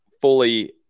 fully